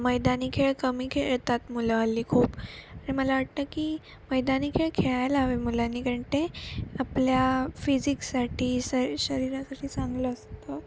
मैदानी खेळ कमी खेळतात मुलं हल्ली खूप मला वाटतं की मैदानी खेळ खेळायला हवे मुलांनी कारण ते आपल्या फिजिक्ससाठी सर शरीरासाठी चांगलं असतं